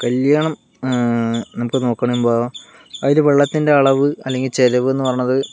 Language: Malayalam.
കല്യാണം നമുക്ക് നോക്കാം എന്ന് പറയുമ്പോൾ അതിലെ വെള്ളത്തിൻ്റെ അളവ് അല്ലെങ്കിൽ ചിലവ് എന്ന് പറയുന്നത്